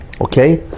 okay